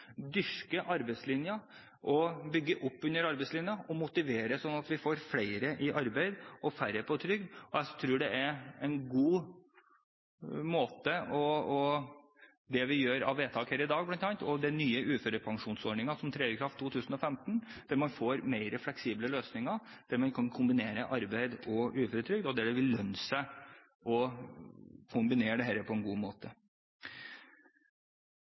dyrke arbeidslinjen, bygge opp under arbeidslinjen og motivere slik at vi får flere i arbeid og færre på trygd. Jeg tror at bl.a. det vi gjør av vedtak her i dag, er en god måte å gjøre det på, og med den nye uførepensjonsordningen som skal tre i kraft i 2015, får man mer fleksible løsninger der man kan kombinere arbeid og uføretrygd, og der det vil lønne seg å kombinere dette på en god måte.